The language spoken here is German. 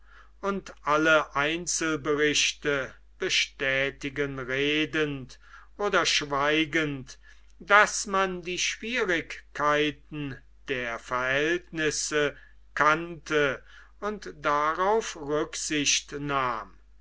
und alle einzelberichte bestätigen redend oder schweigend daß man die schwierigkeiten der verhältnisse kannte und darauf rücksicht nahm